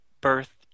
birth